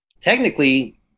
technically